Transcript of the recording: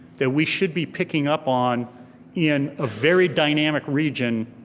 that we should be picking up on in a very dynamic region,